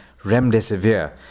Remdesivir